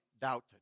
doubted